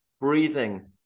breathing